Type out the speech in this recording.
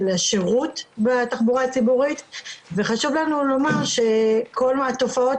של השירות בתחבורה הציבורית וחשוב לנו לומר שכל התופעות